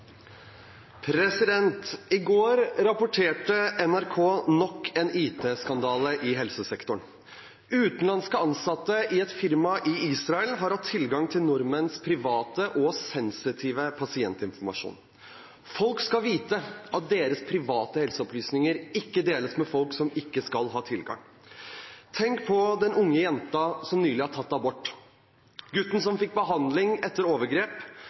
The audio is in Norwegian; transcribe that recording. I går rapporterte NRK om nok en IT-skandale i helsesektoren. Utenlandske ansatte i et firma i Israel har hatt tilgang til nordmenns private og sensitive pasientinformasjon. Folk skal vite at deres private helseopplysninger ikke deles med folk som ikke skal ha tilgang – tenk på den unge jenta som nylig har tatt abort, gutten som fikk behandling etter overgrep,